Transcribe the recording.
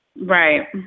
Right